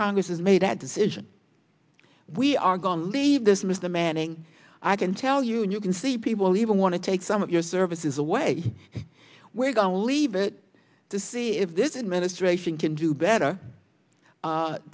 congress is made that decision we are going to leave this mr manning i can tell you and you can see people even want to take some of your services away we're going to leave it to see if this administration can do better